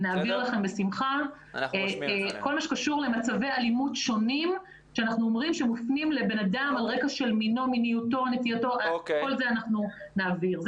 אני רק מקווה שבשנה הבאה שבו אתם ואנחנו כולנו נציין את